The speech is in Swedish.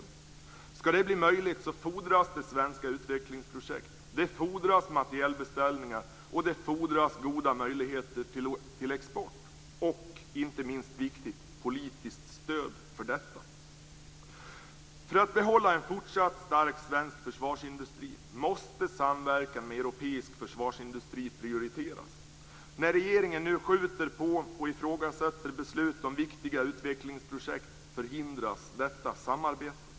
Om det skall bli möjligt fordras det svenska utvecklingsprojekt, materielbeställningar, goda möjligheter till export och, inte minst viktigt, politiskt stöd för detta. För att behålla en fortsatt stark svensk försvarsindustri måste samverkan med den europeiska försvarsindustrin prioriteras. När regeringen nu skjuter på och ifrågasätter beslut om viktiga utvecklingsprojekt förhindras detta samarbete.